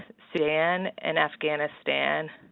sudan, and afghanistan.